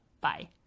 Bye